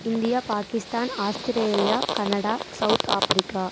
India Pakistan Australia Canada South Africa